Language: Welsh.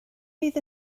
fydd